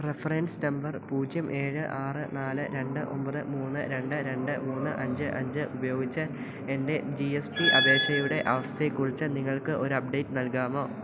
reference number പൂജ്യം ഏഴ് ആറ് നാല് രണ്ട് ഒമ്പത് മൂന്ന് രണ്ട് രണ്ട് മൂന്ന് അഞ്ച് അഞ്ച് ഉപയോഗിച്ച് എൻ്റെ ജി എസ് ടി അപേക്ഷയുടെ അവസ്ഥയെക്കുറിച്ച് നിങ്ങൾക്ക് ഒരു അപ്ഡേറ്റ് നൽകാമോ